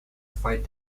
fight